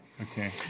Okay